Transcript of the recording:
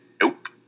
nope